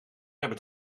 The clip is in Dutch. hebben